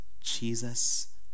Jesus